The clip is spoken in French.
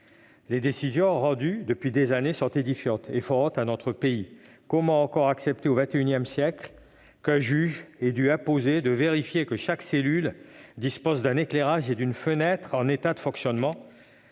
Les décisions rendues depuis des années sont édifiantes et font honte à notre pays. Comment encore accepter, au XXI siècle, qu'un juge doive imposer de vérifier que chaque cellule dispose d'un éclairage et d'une fenêtre en état de fonctionnement